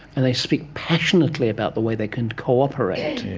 and they speak passionately about the way they can cooperate.